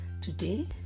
Today